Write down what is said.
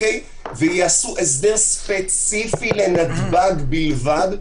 ויעשו הסדר ספציפי לנתב"ג בלבד,